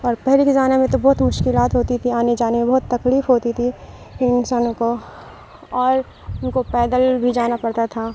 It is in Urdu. اور پہلے کے زمانے میں تو بہت مشکلات ہوتی تھیں آنے جانے میں بہت تکلیف ہوتی تھی ان انسانوں کو اور ان کو پیدل بھی جانا پڑتا تھا